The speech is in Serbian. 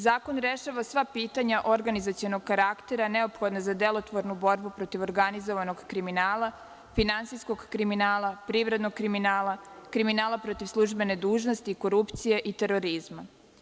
Zakon rešava sva pitanja organizacionog karaktera neophodna za delotvornu borbu protiv organizovanog kriminala, finansijskog kriminala, privrednog kriminala, kriminala protiv službene dužnosti i korupcije i terorizma.